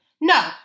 No